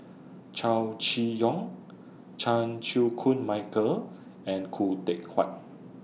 Chow Chee Yong Chan Chew Koon Michael and Khoo Teck Puat